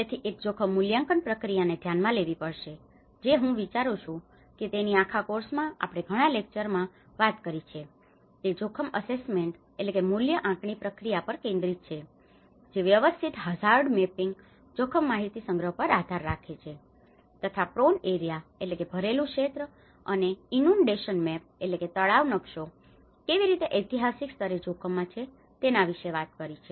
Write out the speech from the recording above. તેથી એક જોખમ મૂલ્યાંકન પ્રક્રિયાને ધ્યાનમાં લેવી પડશે જે હું વિચારું છું કે તેની આખા કોર્સમાં આપણે ઘણા લેક્ચરમાં lecture પ્રવચનો તેની વાત કરી છે કે તે જોખમ અસેસમેન્ટ assessment મૂલ્ય આંકણી પ્રક્રિયા પર કેન્દ્રિત છે જે વ્યવસ્થિત હઝાર્ડમેપિંગ જોખમ માહિતી સંગ્રહ પર આધાર રાખે છે તથા પ્રોન એરિયા prone area ભરેલું ક્ષેત્ર અને ઇનુનડેશન મેપ inundation map તળાવ નકશો કેવી રીતે ઐતિહાસિક સ્તરે જોખમમાં છે તેના વિશે વાત પણ કરે છે